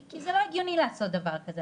כי זה לא הגיוני לעשות דבר כזה,